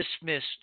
dismissed